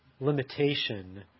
limitation